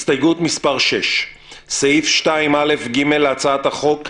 הסתייגות מס' 6. סעיף 2א(ג) להצעת החוק יימחק.